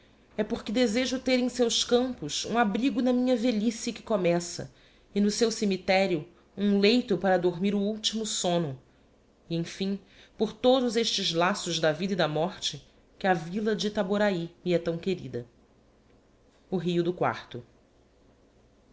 é porque desejo ter em seus campos um abrigo na minha velhice que começa e no seu cemitério um leito para dormir o ultimo soinno e emfim por lodos estes laços da vida e da morte que a villa de itaborahy me é tão querida o rio do